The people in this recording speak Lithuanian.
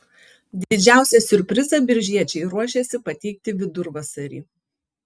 didžiausią siurprizą biržiečiai ruošiasi pateikti vidurvasarį